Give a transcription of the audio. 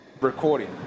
recording